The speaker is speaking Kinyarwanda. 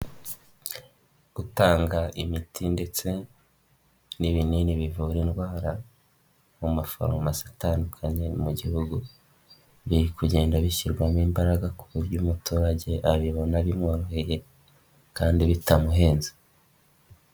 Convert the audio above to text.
Gutanga imiti ndetse n'ibinini bivura indwara, mu mafaromasi atandukanye mugihugu, biri kugenda bishyirwamo imbaraga ku buryo umuturage abibona bimworoheye kandi bitamuhenze.